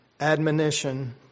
admonition